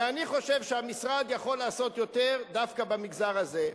ואני חושב שהמשרד יכול לעשות יותר דווקא במגזר הזה.